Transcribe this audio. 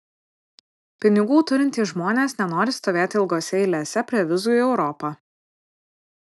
pinigų turintys žmonės nenori stovėti ilgose eilėse prie vizų į europą